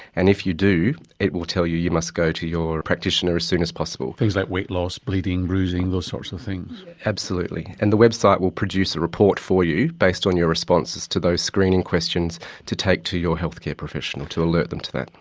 and if you do it will tell you you must go to your practitioner as soon as possible. things like weight loss, bleeding, bruising, those sorts of things. absolutely. and the website will produce a report for you based on your responses to those screening questions to take to your healthcare professional to alert them to that.